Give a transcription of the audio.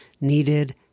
needed